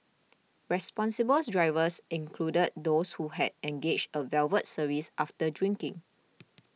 responsible drivers included those who had engaged a valet service after drinking